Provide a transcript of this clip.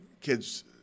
kids